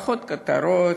פחות כותרות,